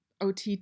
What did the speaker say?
OTT